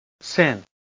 sin